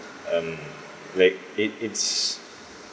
um like it it's